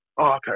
okay